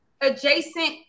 adjacent